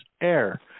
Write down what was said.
AIR